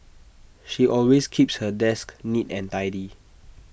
she always keeps her desk neat and tidy